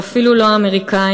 ואפילו לא האמריקנים,